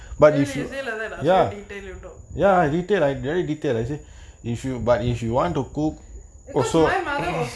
really you say lah then so detailed you know because my mother was